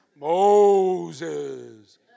Moses